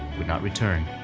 would not return,